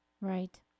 Right